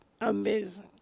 amazing